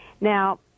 Now